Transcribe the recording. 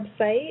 website